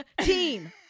team